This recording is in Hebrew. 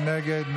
מי נגד?